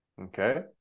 okay